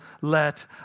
let